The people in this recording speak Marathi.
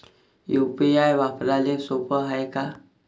यू.पी.आय वापराले सोप हाय का?